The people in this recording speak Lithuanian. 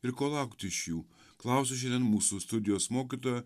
ir ko laukti iš jų klausiu šiandien mūsų studijos mokytojo